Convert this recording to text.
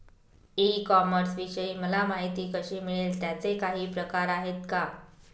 E कॉमर्सविषयी मला माहिती कशी मिळेल? त्याचे काही प्रकार आहेत का?